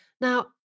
Now